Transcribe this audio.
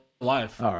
life